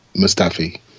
Mustafi